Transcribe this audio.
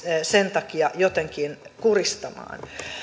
sen takia jotenkin kuristamaan